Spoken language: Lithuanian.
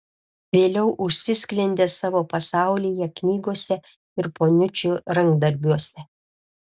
vėliau užsisklendė savo pasaulyje knygose ir poniučių rankdarbiuose